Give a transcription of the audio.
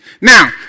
Now